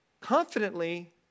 confidently